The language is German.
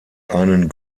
einen